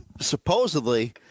supposedly